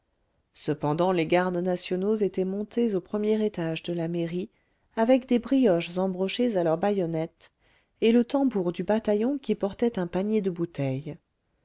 cependant les gardes nationaux étaient montés au premier étage de la mairie avec des brioches embrochées à leurs baïonnettes et le tambour du bataillon qui portait un panier de bouteilles